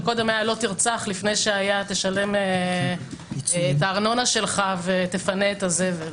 וקודם היה לא תרצח לפני שהיה תשלם את הארנונה שלך ותפנה את הזבל.